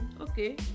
okay